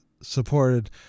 supported